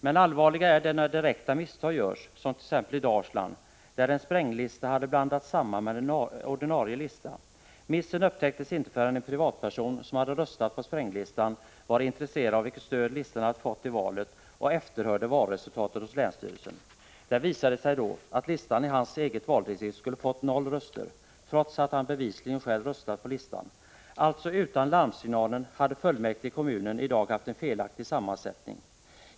Men allvarligare är det när direkta misstag görs, som t.ex. i Dalsland, där en spränglista hade blandats samman med en ordinarie lista. Missen upptäcktes inte förrän en privatperson, som hade röstat på spränglistan och var intresserad av vilket stöd listan hade fått i valet, efterhörde valresultatet hos länsstyrelsen. Det visade sig då att listan i hans eget valdistrikt skulle ha fått noll röster, trots att han bevisligen själv röstat på listan. Utan larmsignalen hade alltså fullmäktige i kommunen i dag haft en felaktig sammansättning.